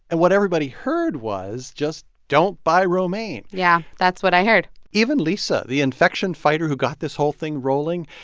and what everybody heard was just don't buy romaine yeah, that's what i heard even lisa, the infection fighter who got this whole thing rolling,